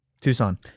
Tucson